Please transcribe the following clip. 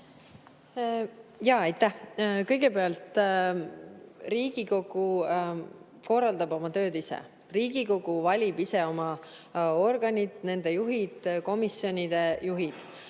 Aitäh! Kõigepealt, Riigikogu korraldab oma tööd ise. Riigikogu valib ise oma organid, nende juhid, komisjonide juhid.